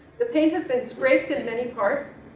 the paint has been scraped in many parts,